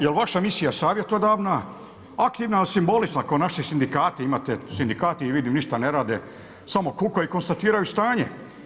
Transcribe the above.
Jel vaša misija savjetodavna, aktivna, simbolična, kao naši sindikati, imate sindikati vidim ništa ne rade, samo kukaju i konstatiraju stanje.